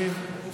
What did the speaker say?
דווקא מקשיבים.